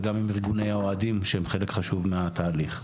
וגם עם ארגוני האוהדים שהם חלק חשוב מהתהליך.